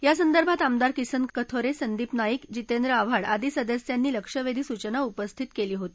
यासंदर्भात आमदार किसन कथोर अंदीप नाईक जितेंद्र आव्हाड आदी सदस्यांनी लक्षवद्वी सूचना उपस्थित कल्ली होती